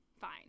fine